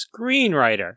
screenwriter